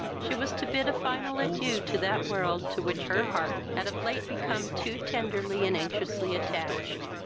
she was to bid a final adieu to that world, to which her heart had of late become too tenderly and anxiously attached.